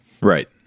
Right